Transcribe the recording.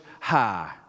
High